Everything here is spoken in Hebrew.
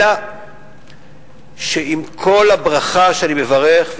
אלא שעם כל הברכה שאני מברך,